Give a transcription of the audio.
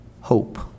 hope